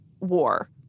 war